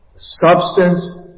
Substance